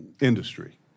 industry